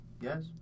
Yes